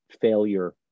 failure